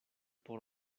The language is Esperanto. por